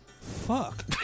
Fuck